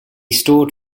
stored